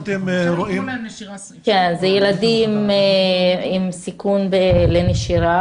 אלה ילדים עם סיכון לנשירה,